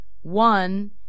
one